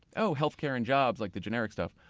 oh, healthcare and jobs, like the generic stuff.